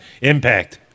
Impact